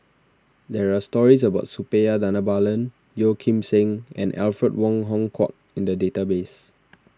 there are stories about Suppiah Dhanabalan Yeo Kim Seng and Alfred Wong Hong Kwok in the database